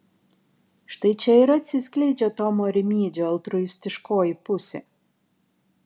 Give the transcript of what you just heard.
štai čia ir atsiskleidžia tomo rimydžio altruistiškoji pusė